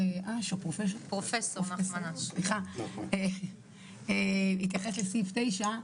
מכיוון שפרופ' נחמן אש התייחס לסעיף 9,